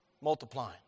multiplying